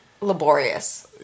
Laborious